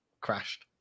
crashed